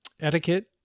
etiquette